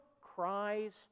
cries